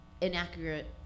inaccurate